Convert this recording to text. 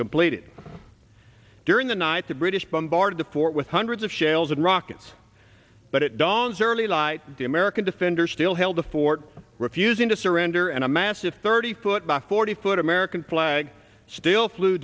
completed during the night the british bombarded the fort with hundreds of shells rockets but it dawn's early light the american defender still held the fort refusing to surrender and a massive thirty foot by forty foot american flag still fl